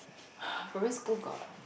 primary school got